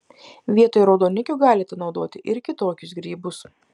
vietoj raudonikių galite naudoti ir kitokius grybus